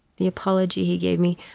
the apology he gave me,